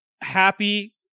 happy